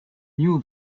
knew